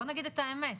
בואו נגיד את האמת.